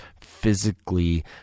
physically